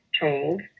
told